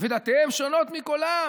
ו"דתיהם שונות מכל עם,